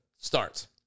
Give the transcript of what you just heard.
starts